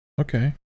Okay